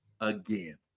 again